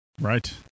Right